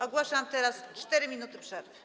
Ogłaszam teraz 4 minuty przerwy.